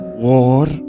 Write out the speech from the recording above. war